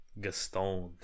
Gaston